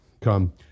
come